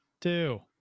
two